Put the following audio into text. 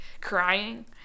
crying